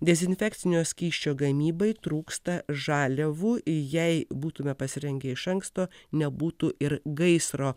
dezinfekcinio skysčio gamybai trūksta žaliavų jei būtume pasirengę iš anksto nebūtų ir gaisro